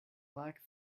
lack